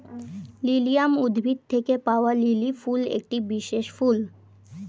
lilium উদ্ভিদ থেকে পাওয়া লিলি ফুল একটি বিশেষ ফুল